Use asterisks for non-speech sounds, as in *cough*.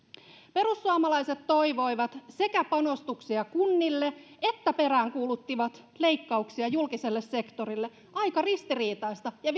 perussuomalaiset sekä toivoivat panostuksia kunnille että peräänkuuluttivat leikkauksia julkiselle sektorille aika ristiriitaista ja *unintelligible*